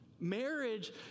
Marriage